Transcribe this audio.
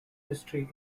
history